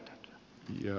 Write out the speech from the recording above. herra puhemies